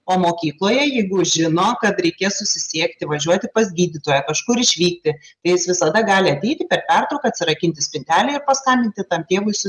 o mokykloje jeigu žino kad reikės susisiekti važiuoti pas gydytoją kažkur išvykti jis visada gali ateiti per pertrauką atsirakinti spintelę ir paskambinti tam tėvui su